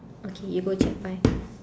okay you go check bye